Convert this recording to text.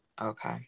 Okay